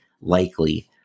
likely